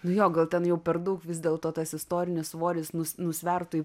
nu jo gal ten jau per daug vis dėl to tas istorinis svoris nusvertų į